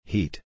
Heat